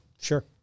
Sure